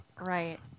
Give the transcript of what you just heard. Right